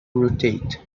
rotate